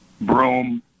broom